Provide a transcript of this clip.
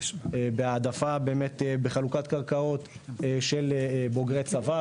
בהעדפה באמת בחלוקת קרקעות של בוגרי צבא,